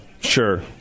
sure